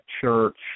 church